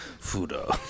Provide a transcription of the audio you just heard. Fudo